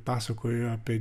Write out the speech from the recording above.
pasakojo apie